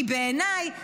כי בעיניי,